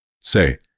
Say